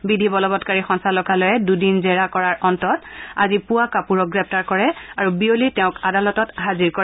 বিধি বলবৎকাৰী সঞ্চালকালয়ে দুদিন জোৰা জেৰাৰ অন্তত আজি পুৱা কাপুৰক গ্ৰেপ্তাৰ কৰে আৰু বিয়লি তেওঁক আদালতত হাজিৰ কৰে